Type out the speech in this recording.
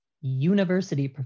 university